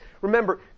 remember